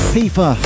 Pifa